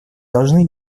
должны